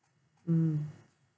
mm